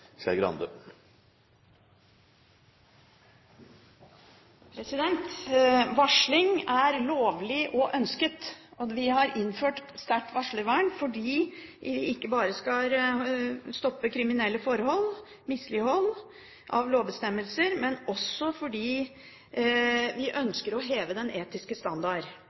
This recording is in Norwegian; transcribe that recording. Varsling er lovlig og ønsket, og vi har innført sterkt varslervern ikke bare fordi vi skal stoppe kriminelle forhold og mislighold av lovbestemmelser, men også fordi vi ønsker å heve den etiske standard.